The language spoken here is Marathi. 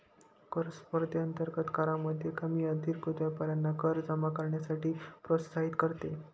कर स्पर्धेअंतर्गत करामध्ये कमी अधिकृत व्यापाऱ्यांना कर जमा करण्यासाठी प्रोत्साहित करते